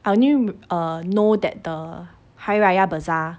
I only uh know that the hari raya bazaar